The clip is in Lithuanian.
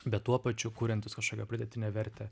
bet tuo pačiu kuriantis kažkokią pridėtinę vertę